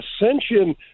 Ascension